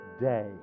day